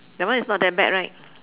that one is not that bad right